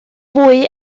fwy